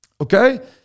Okay